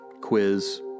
quiz